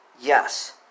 Yes